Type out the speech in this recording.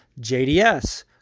JDS